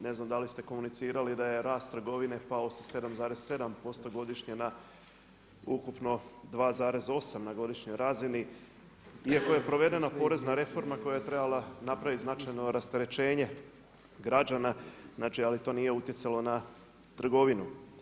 Ne znam dali ste komunicirali da je rast trgovine pao sa 7,7% godišnje na ukupno 2,8 na godišnjoj razini, iako je provedena porezna reforma koja je trebala napraviti značajno rasterećenje građana, ali to nije utjecalo na trgovinu.